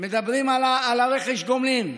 מדברים על רכש גומלין.